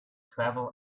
travel